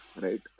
right